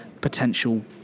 potential